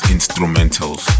Instrumentals